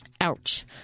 Ouch